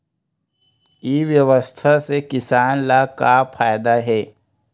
ई व्यवसाय से किसान ला का फ़ायदा हे?